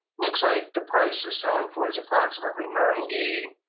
looks like the price it's selling for is approximately ninety